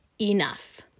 enough